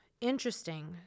Interesting